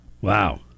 Wow